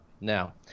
Now